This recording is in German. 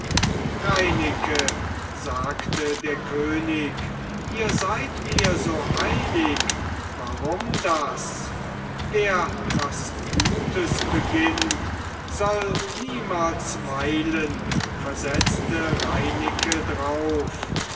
reineke sagte der könig ihr seid mir so eilig warum das wer was gutes beginnt soll niemals weilen versetzte reineke drauf